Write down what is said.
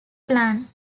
plan